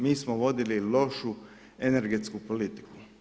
Mi smo vodili lošu energetsku politiku.